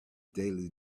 daily